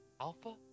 Alpha